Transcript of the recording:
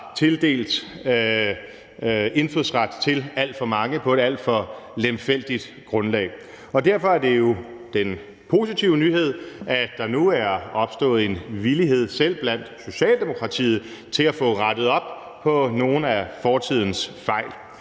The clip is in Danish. tildelt indfødsret til alt for mange på et alt for lemfældigt grundlag. Derfor er det jo en positiv nyhed, at der nu er opstået en villighed selv i Socialdemokratiet til at få rettet op på nogle af fortidens fejl.